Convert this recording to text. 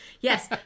Yes